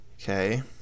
Okay